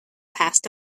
past